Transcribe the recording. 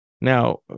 Now